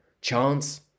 Chance